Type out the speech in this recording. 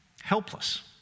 Helpless